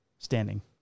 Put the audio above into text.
standing